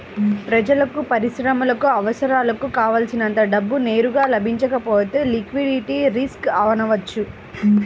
ప్రజలకు, పరిశ్రమలకు అవసరాలకు కావల్సినంత డబ్బు నేరుగా లభించకపోతే లిక్విడిటీ రిస్క్ అనవచ్చు